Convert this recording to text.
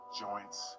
joints